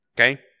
okay